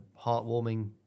heartwarming